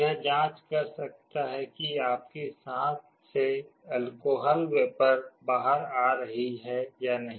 यह जांच कर सकता है कि आपकी सांस से अलकोहल वेपर बाहर आ रही है या नहीं